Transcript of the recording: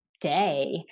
day